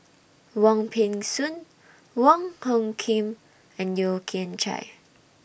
Wong Peng Soon Wong Hung Khim and Yeo Kian Chye